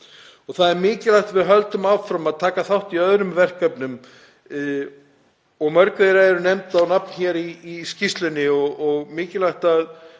Það er mikilvægt að við höldum áfram að taka þátt í öðrum verkefnum og mörg þeirra eru nefnd á nafn í skýrslunni og mikilvægt að